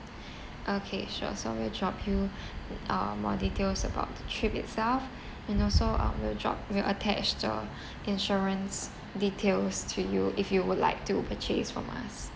okay sure so we'll drop you uh more details about the trip itself and also we'll drop we'll attach the insurance details to you if you would like to purchase from us